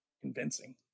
convincing